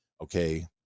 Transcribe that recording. okay